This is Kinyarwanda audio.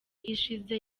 ishize